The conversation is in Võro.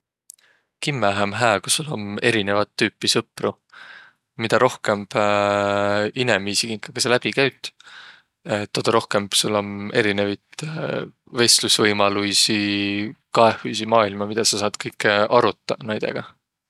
Kimmähe om hää ku sul om erinevät tüüpi sõpru. Midä rohkõmb tüüpi inimiisi kinkaga saq läbi käüt toda rohkõmb sul om erinevit vestlusvõimaluisi, kaehuisi maailma midä saq saat kõikõ arotaq näidega.